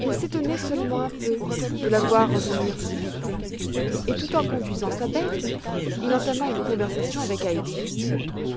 il s'étonnait seulement un peu de la voir revenir si vite et tout en conduisant sa bête il entama une conversation avec heidi